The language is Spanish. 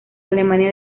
alemania